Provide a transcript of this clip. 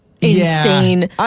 insane